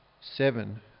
Seven